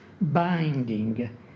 binding